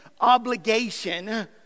obligation